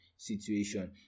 situation